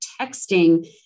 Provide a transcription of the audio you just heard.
texting